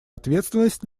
ответственность